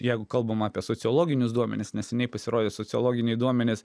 jeigu kalbam apie sociologinius duomenis neseniai pasirodė sociologiniai duomenys